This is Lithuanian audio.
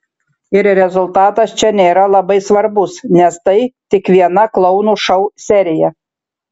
ir rezultatas čia nėra labai svarbus nes tai tik viena klounų šou serija